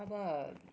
अब